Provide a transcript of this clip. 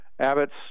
Abbott's